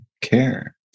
care